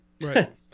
Right